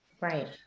Right